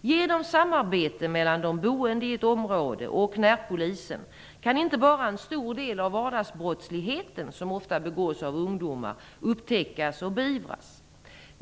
Genom samarbete mellan de boende i ett område och närpolisen kan inte bara en stor del av vardagsbrottsligheten, som ofta begås av ungdomar, upptäckas och beivras.